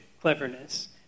cleverness